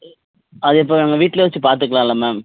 அதே இப்போ நாங்கள் வீட்டில் வச்சு பார்த்துக்கலாம்ல மேம்